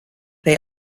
they